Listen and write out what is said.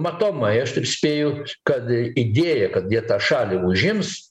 matomai aš taip spėju kad idėja kad jie tą šalį užims